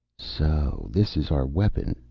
so this is our weapon,